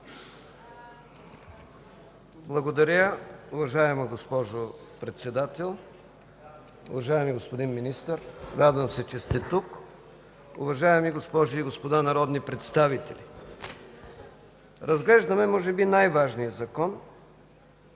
Благодаря, уважаема госпожо Председател. Уважаеми господин Министър, радвам се, че сте тук. Уважаеми госпожи и господа народни представители, разглеждаме може би най-важния Закон